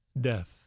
death